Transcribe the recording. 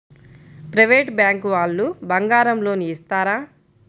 Private bank వాళ్ళు బంగారం loan ఇస్తారా?